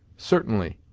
certainly.